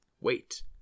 Wait